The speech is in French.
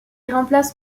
remplace